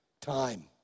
time